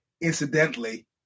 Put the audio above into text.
Incidentally